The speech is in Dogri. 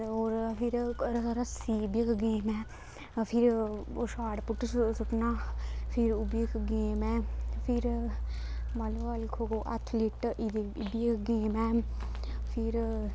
होर फिर राह् रस्सियें बी इक गेम ऐ फिर ओह् शाट पुट सुट्टना फिर उब्बी इक गेम ऐ फिर बालीबाल खो खो एथलीट इब इब्बी इक गेम ऐ फिर